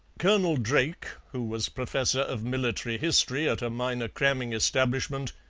colonel drake, who was professor of military history at a minor cramming establishment,